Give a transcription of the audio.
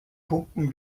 pumpen